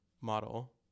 model